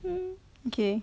mm okay